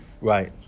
Right